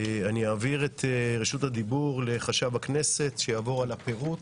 אעביר את רשות הדיבור לחשב הכנסת שיעבור על הפירוט,